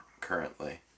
currently